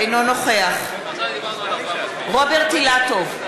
אינו נוכח רוברט אילטוב,